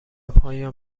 پایان